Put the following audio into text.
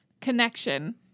connection